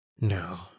No